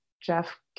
Jeff